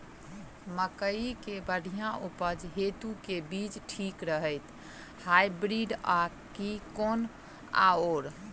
मकई केँ बढ़िया उपज हेतु केँ बीज ठीक रहतै, हाइब्रिड आ की कोनो आओर?